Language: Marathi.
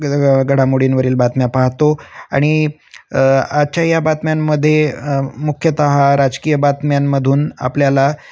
ग घडामोडींवरील बातम्या पाहातो आणि आजच्या या बातम्यांमध्ये मुख्यतः राजकीय बातम्यांमधून आपल्याला